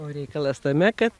o reikalas tame kad